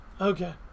Okay